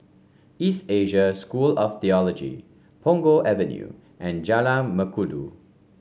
East Asia School of Theology Punggol Avenue and Jalan Mengkudu